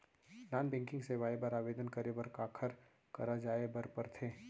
non banking सेवाएं बर आवेदन करे बर काखर करा जाए बर परथे